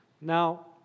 Now